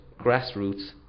grassroots